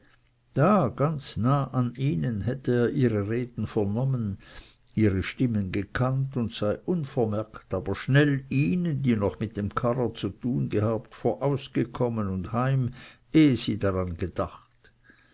da ganz an ihnen an hätte er ihre reden vernommen ihre stimmen gekannt und sei unvermerkt aber schnell ihnen die noch mit dem karrer zu tun gehabt vorausgekommen und heim ehe sie daran gedacht